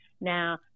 Now